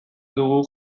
dugu